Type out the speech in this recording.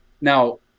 Now